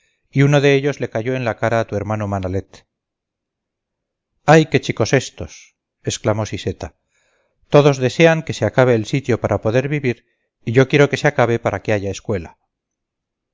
y uno de ellos le cayó en la cara a tu hermano manalet ay qué chicos estos exclamó siseta todos desean que se acabe el sitio para poder vivir y yo quiero que se acabe para que haya escuela